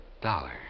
Dollar